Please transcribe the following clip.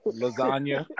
lasagna